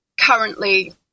currently